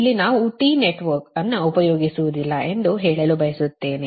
ಇಲ್ಲಿ ನಾವು T network ಅನ್ನು ಉಪಯೋಗಿಸುವುದಿಲ್ಲ ಎಂದು ಹೇಳಲು ಬಯಸುತ್ತೇನೆ